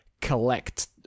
collect